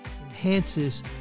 Enhances